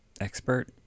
expert